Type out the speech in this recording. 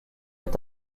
est